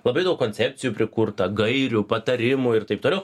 labai daug koncepcijų prikurta gairių patarimų ir taip toliau